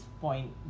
point